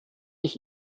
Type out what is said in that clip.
ich